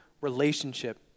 relationship